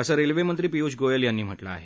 असं रेल्वेमंत्री पिय्ष गोयल यांनी म्हटलं आहे